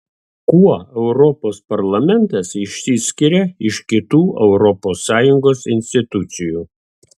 kuo europos parlamentas išsiskiria iš kitų europos sąjungos institucijų